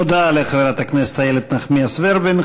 תודה לחברת הכנסת איילת נחמיאס ורבין.